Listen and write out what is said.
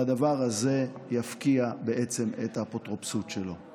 והדבר הזה יפקיע בעצם את האפוטרופסות שלו.